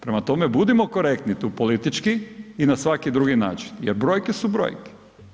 Prema tome, budimo korektni tu politički i na svaki drugi način jer brojke su brojke.